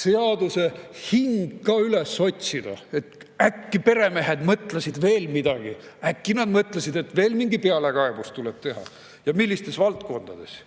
seaduse hing ka üles otsida, et äkki peremehed mõtlesid veel midagi. Äkki nad mõtlesid, et veel mingi pealekaebus tuleb teha. Ja millistes valdkondades?